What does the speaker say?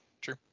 True